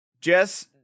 Jess